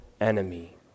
enemy